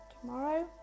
tomorrow